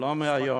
לא מהיום,